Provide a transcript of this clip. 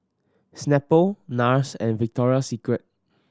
Snapple Nars and Victoria Secret